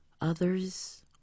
Others